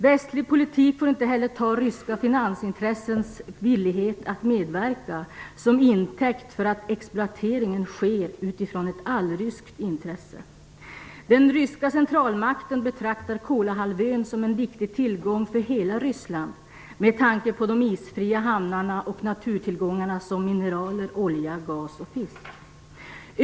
Västlig politik får inte heller ta ryska finansintressens villighet att medverka som intäkt för att exploateringen sker utifrån ett allryskt intresse. Den ryska centralmakten betraktar Kolahalvön som en viktig tillgång för hela Ryssland med tanke på de isfria hamnarna och naturtillgångar som mineraler, olja, gas och fisk.